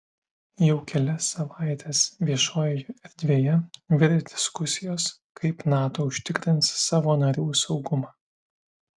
jau kelias savaites viešojoje erdvėje virė diskusijos kaip nato užtikrins savo narių saugumą